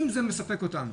אם זה מספק אותנו